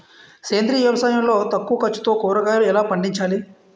సేంద్రీయ వ్యవసాయం లో తక్కువ ఖర్చుతో కూరగాయలు ఎలా పండించాలి?